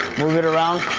move it around,